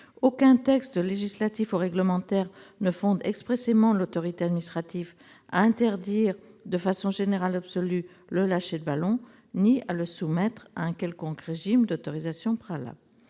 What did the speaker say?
Aucun texte législatif ou réglementaire ne fonde expressément l'autorité administrative à interdire de façon générale et absolue le lâcher de ballons ni à le soumettre à un quelconque régime d'autorisation préalable.